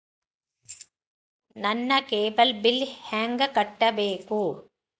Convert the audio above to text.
ನನ್ನ cable bill ಹೆಂಗ ಕಟ್ಟಬೇಕು?